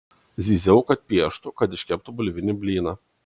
zyziau kad pieštų kad iškeptų bulvinį blyną